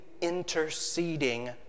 interceding